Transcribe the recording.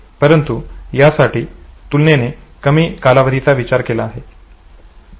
परंतु यासाठी तुलनेने कमी कालावधीचा विचार केला आहे